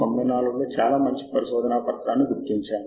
ఇప్పటికే మీరు ఈ పోర్టల్ కోసం నమోదు ప్రక్రియను పూర్తి చేశారు